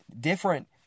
different